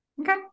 Okay